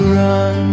run